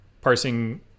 parsing